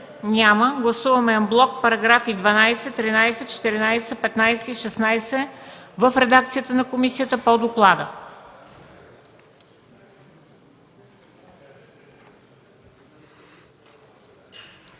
Няма. Гласуваме анблок параграфи 12, 13, 14, 15 и16 в редакцията на комисията по доклада.